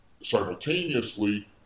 Simultaneously